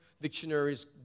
dictionaries